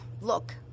look